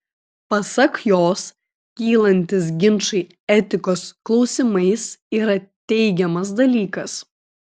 pasak jos kylantys ginčai etikos klausimais yra teigiamas dalykas